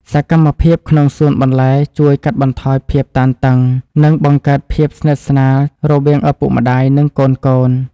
សកម្មភាពក្នុងសួនបន្លែជួយកាត់បន្ថយភាពតានតឹង និងបង្កើតភាពស្និទ្ធស្នាលរវាងឪពុកម្តាយ និងកូនៗ។